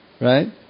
right